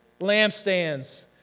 lampstands